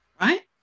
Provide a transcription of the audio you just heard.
Right